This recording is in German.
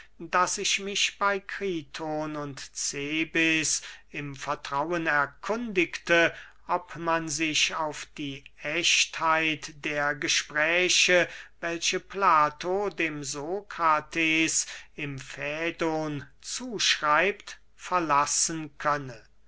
daß ich mich bey kriton und cebes im vertrauen erkundigte ob man sich auf die ächtheit der gespräche welche plato dem sokrates im fädon zuschreibt verlassen könne